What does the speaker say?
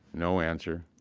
no answer.